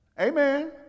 Amen